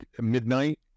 midnight